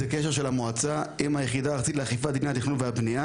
מדובר על קשר של המועצה עם היחידה הארצית לאכיפת דיני התכנון והבנייה,